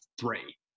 three